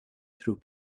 through